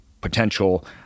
potential